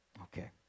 okay